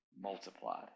multiplied